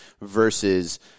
versus